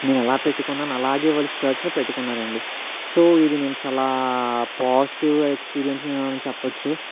నేను ఎలా పెట్టుకున్నాను అలాగే వాళ్ళు షర్ట్ని పెట్టుకున్నారు అండి సో ఇది నేను చాలా పాజిటీవ్ ఎక్స్పీరియన్స్ అని చెప్పచ్చు